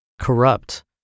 corrupt